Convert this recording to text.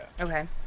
okay